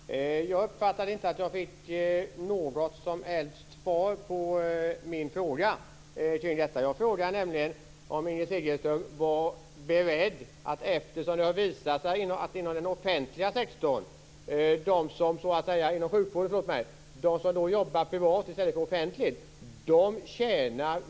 Fru talman! Jag uppfattade inte att jag fick något som helst svar på min fråga. Det har visat sig att kvinnor som jobbar inom privat sjukvård tjänar mer än kvinnorna inom den offentliga sektorn.